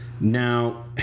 Now